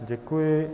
Děkuji.